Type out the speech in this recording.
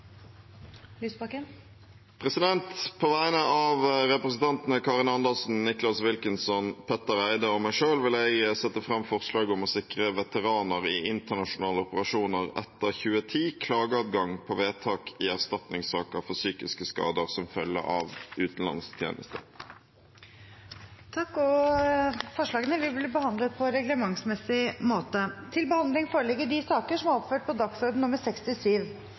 Lysbakken vil fremsette et representantforslag. På vegne av representantene Karin Andersen, Nicholas Wilkinson, Petter Eide og meg selv vil jeg sette fram et forslag om å sikre veteraner i internasjonale operasjoner etter 2010 klageadgang på vedtak i erstatningssaker for psykiske skader som følge av utenlandstjeneste. Forslagene vil bli behandlet på reglementsmessig måte. Før sakene på dagens kart tas opp til behandling,